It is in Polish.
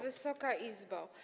Wysoka Izbo!